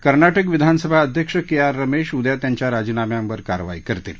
कर्नाटक विधानसभा अध्यक्ष K R रमधीउद्या त्यांच्या राजीनाम्यांवर कारवाई करतील